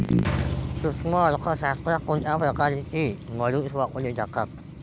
सूक्ष्म अर्थशास्त्रात कोणत्या प्रकारची मॉडेल्स वापरली जातात?